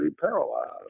paralyzed